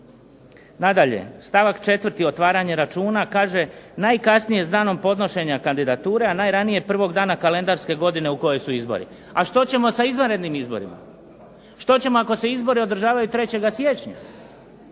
Nadalje stavak 4. otvaranje računa, kaže najkasnije s danom podnošenja kandidature, a najranije prvog dana kalendarske godine u kojoj su izbori. A što ćemo sa izvanrednim izborima? Što ćemo ako se izbori održavaju 3. siječnja?